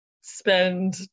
spend